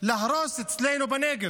להרוס אצלנו בנגב.